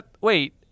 Wait